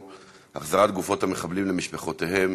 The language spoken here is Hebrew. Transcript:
בנושא: החזרת גופות המחבלים למשפחותיהם,